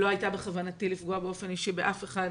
לא הייתה בכוונתי לפגוע באופן אישי באף אחד,